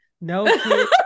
no